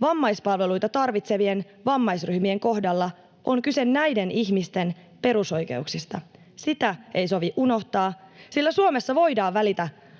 Vammaispalveluita tarvitsevien vammaisryhmien kohdalla on kyse näiden ihmisten perusoikeuksista. Sitä ei sovi unohtaa, sillä Suomessa voidaan